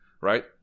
right